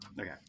Okay